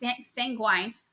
sanguine